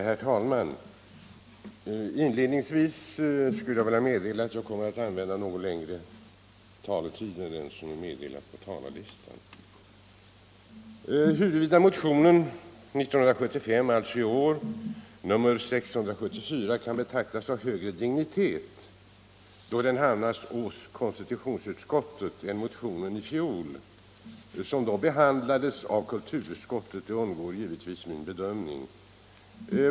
Herr talman! Inledningsvis vill jag meddela att jag kommer att tala något längre tid än vad som angivits på talarlistan. Huruvida motionen nr 674 år 1975 anses ha högre dignitet — eftersom den remitterats till konstitutionsutskottet — än motionen nr 1351 av i fjol, vilken behandlades av kulturutskottet, undandrar sig givetvis min bedömning.